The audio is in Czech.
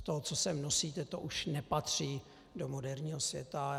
Z toho, co se nosíte, to už nepatří do moderního světa.